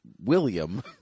William